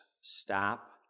stop